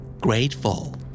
Grateful